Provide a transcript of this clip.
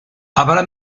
habrá